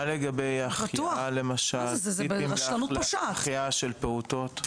מה לגבי החייאה למשל, טיפים להחייאה של פעוטות?